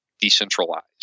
decentralized